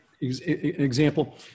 Example